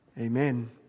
amen